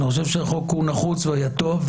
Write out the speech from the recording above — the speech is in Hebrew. אני חושב שהחוק נחוץ והיה טוב,